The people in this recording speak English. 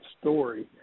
story